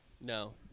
No